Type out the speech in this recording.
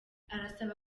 arasaba